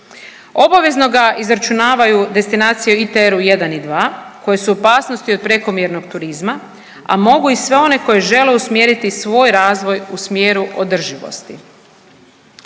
Obavezno ga izračunavaju destinacije ITR u 1 i 2 koje su opasnosti od prekomjernog turizma, a mogu i sve one koje žele usmjeriti svoj razvoj u smjeru održivosti.